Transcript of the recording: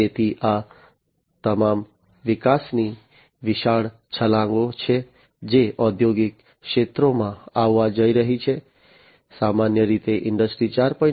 તેથી આ તમામ વિકાસની વિશાળ છલાંગો છે જે ઔદ્યોગિક ક્ષેત્રોમાં આવવા જઈ રહી છે સામાન્ય રીતે ઇન્ડસ્ટ્રી 4